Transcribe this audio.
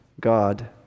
God